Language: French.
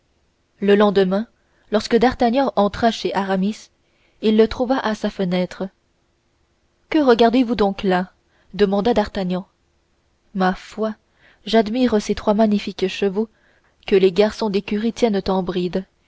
le lendemain lorsque d'artagnan entra chez aramis il le trouva à sa fenêtre que regardez-vous donc là demanda d'artagnan ma foi j'admire ces trois magnifiques chevaux que les garçons d'écurie tiennent en